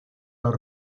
los